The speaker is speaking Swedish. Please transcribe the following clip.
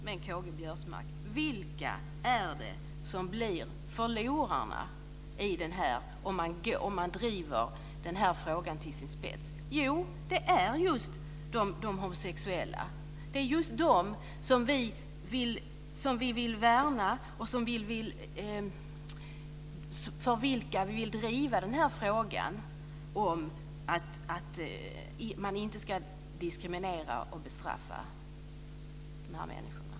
Fru talman! Men K-G Biörsmark, vilka är det som blir förlorarna om man driver frågan till sin spets? Jo, det är just de homosexuella. Det är just dem som vi vill värna. Det är för dem vi vill driva frågan om att man inte ska diskriminera och bestraffa.